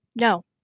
no